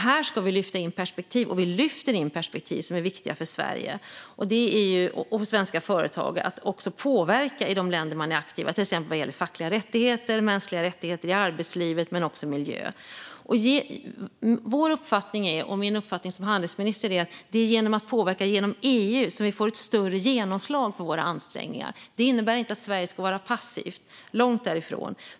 Här ska vi - vilket vi också gör - lyfta in perspektiv som är viktiga för Sverige och för svenska företag gällande att påverka i de länder där de är delaktiga, till exempel vad gäller fackliga rättigheter, mänskliga rättigheter i arbetslivet och miljö. Vår uppfattning - och min uppfattning som handelsminister - är att det är genom att påverka genom EU som vi får ett större genomslag för våra ansträngningar. Detta innebär inte att Sverige ska vara passivt - långt därifrån.